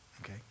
okay